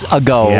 ago